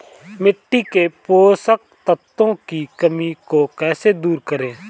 मिट्टी के पोषक तत्वों की कमी को कैसे दूर करें?